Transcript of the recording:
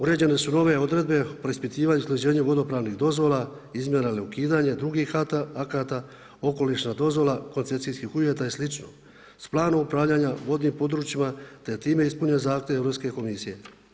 Uređene su nove odredbe o preispitivanju i usklađenju vodopravnih dozvola, iznenadno ukidanje drugih akata, okolišna dozvola koncesijskih uvjeta i slično s planom upravljanja vodnim područjima, te je time ispunjen zahtjev Europske komisije.